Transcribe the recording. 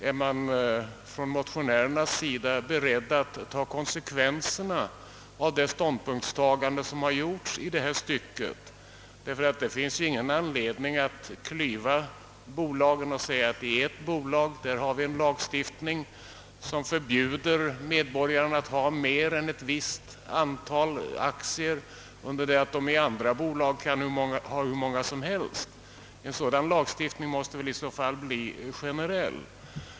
Man kan fråga sig, om motionärerna och reservanterna är beredda att ta konsekvenserna av det ståndpunktstagande som gjorts i detta stycke, Det finns ju ingen anledning att dela upp bolagen och säga att vi beträffande ett bolag skall ha en lagstiftning som förbjuder medborgarna att inneha mer än ett visst antal aktier, under det att de i andra bolag kan ha hur många aktier som helst. En lagstiftning måste i så fall bli generell.